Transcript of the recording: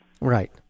Right